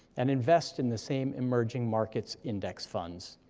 and invest in the same emerging market's index funds.